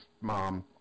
mom